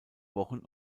wochen